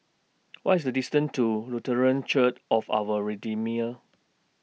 What IS The distance to Lutheran Church of Our Redeemer